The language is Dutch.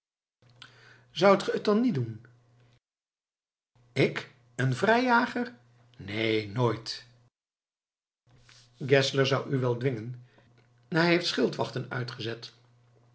zoudt gij het dan niet doen ik een vrijjager neen nooit geszler zou u wel dwingen hij heeft schildwachten uitgezet